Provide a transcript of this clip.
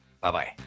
Bye-bye